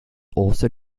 also